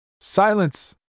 Silence